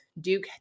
Duke